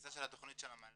התפיסה של התכנית של המל"ג